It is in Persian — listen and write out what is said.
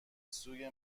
سوی